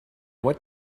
what